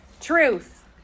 Truth